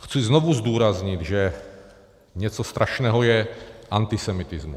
Chci znovu zdůraznit, že něco strašného je antisemitismus.